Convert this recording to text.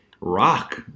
rock